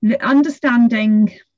understanding